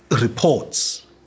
Reports